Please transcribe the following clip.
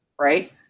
right